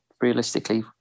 realistically